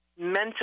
mental